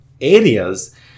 areas